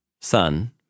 son